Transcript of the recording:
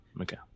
Okay